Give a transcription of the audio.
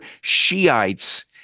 Shiites